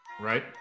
Right